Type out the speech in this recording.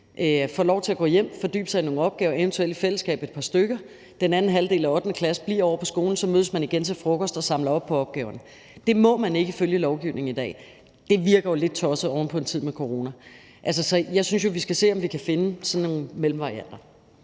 får lov til det, altså fordybe sig i nogle opgaver, eventuelt et par stykker i fællesskab. Den anden halvdel af 8.-klassen bliver ovre på skolen. Så mødes man igen til frokost og samler op på opgaverne. Det må man ikke ifølge lovgivningen i dag. Det virker jo lidt tosset oven på en tid med corona. Jeg synes jo, vi skal se, om vi kan finde sådan nogle mellemvarianter.